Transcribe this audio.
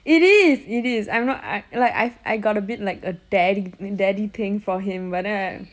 it is it is I'm not I like I I got a bit of a daddy daddy thing for him but then I